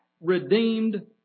redeemed